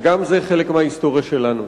וגם זה חלק מההיסטוריה שלנו.